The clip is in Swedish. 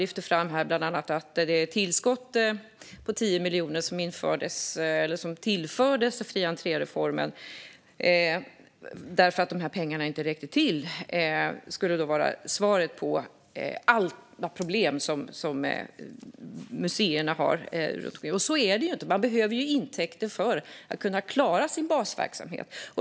Mats Berglund lyfter bland annat fram att det tillskott på 10 miljoner som tillfördes fri entré-reformen därför att pengarna inte räckte till skulle vara svaret på alla problem museerna har. Så är det ju inte! Man behöver intäkter för att kunna klara sin basverksamhet.